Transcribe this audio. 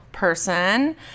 Person